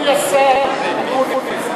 אדוני השר אקוניס,